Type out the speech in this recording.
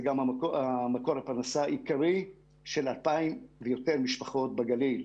זה גם מקור הפרנסה העיקרי של 2,000 משפחות ויותר בגליל.